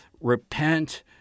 repent